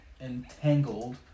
entangled